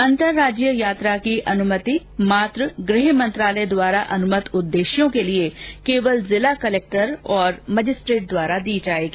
अंतर्राज्यीय यात्रा की अनुमति मात्र गृह मंत्रालय द्वारा अनुमत उद्देश्यों के लिए केवल जिला कलक्टर और मजिस्ट्रेट द्वारा दी जायेगी